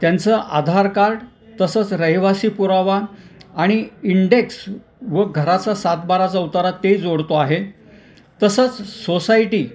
त्यांचं आधार कार्ड तसंच रहिवासी पुरावा आणि इंडेक्स व घराचा सातबाराचं उतारा ते जोडतो आहे तसंच सोसायटी